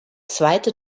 zweite